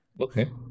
Okay